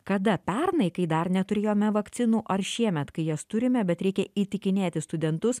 kada pernai kai dar neturėjome vakcinų ar šiemet kai jas turime bet reikia įtikinėti studentus